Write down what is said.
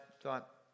thought